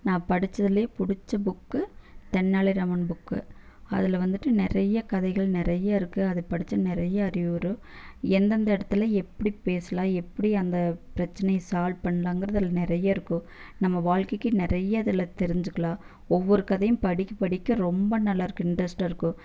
நான் படித்ததுலே பிடிச்ச புக்கு தெனாலிராமன் புக்கு அதில் வந்துட்டு நிறைய கதைகள் நிறைய இருக்குது அதை படித்தா நிறைய அறிவு வரும் எந்தெந்த இடத்துல எப்படி பேசலாம் எப்படி அந்த பிரச்சினைய சால்வ் பண்ணலாங்றது அதில் நிறைய இருக்கும் நம்ம வாழ்க்கைக்கு நிறைய அதில் தெரிஞ்சுக்கலாம் ஒவ்வொரு கதையும் படிக்க படிக்க ரொம்ப நல்லாயிருக்கும இன்ட்ரஸ்ட்டாக இருக்குது